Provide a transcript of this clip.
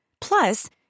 Plus